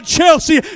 Chelsea